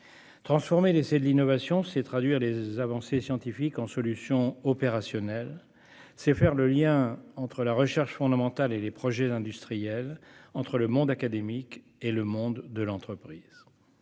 Transformer l'essai de l'innovation, c'est traduire les avancées scientifiques en solutions opérationnelles, c'est faire le lien entre la recherche fondamentale et les projets industriels, entre le monde académique et le monde de l'entreprise.